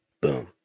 Boom